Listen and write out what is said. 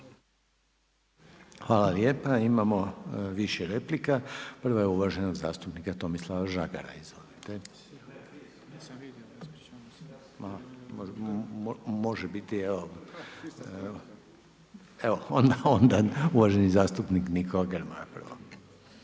Hvala lijepa. Imamo više replika, prva je uvaženog zastupnika Tomislava Žagara. Izvolite. Onda uvaženi zastupnik Nikola Grmoja prvo.